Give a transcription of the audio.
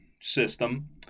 system